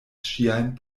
ŝiajn